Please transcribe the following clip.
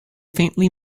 faintly